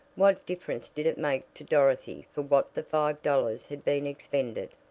what difference did it make to dorothy for what the five dollars had been expended?